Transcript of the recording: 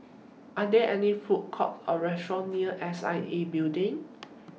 Are There any Food Court Or Restaurant near S I A Building